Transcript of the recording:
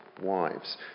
wives